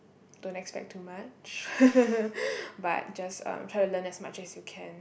don't expect too much but just um try to learn as much as you can